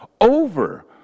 over